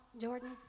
Jordan